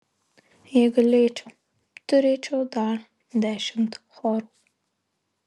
jei galėčiau turėčiau dar dešimt chorų